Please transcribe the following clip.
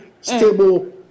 stable